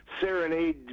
serenade